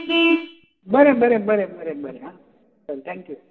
बरें बरें बरें बरें बरें आं चल थँक्यू